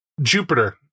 Jupiter